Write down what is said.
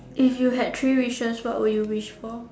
if you had three wishes what would you wish for